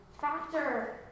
factor